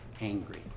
angry